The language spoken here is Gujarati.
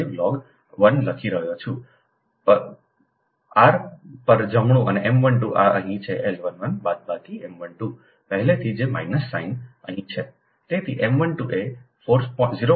4605 લોગ 1 લખી રહ્યો છું r પર જમણું અને M 12 આ અહીં છે L 11 બાદબાકી M 12 પહેલેથી જ માઇનસ સાઇન અહીં છે